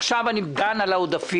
עכשיו אני דן על העודפים.